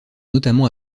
notamment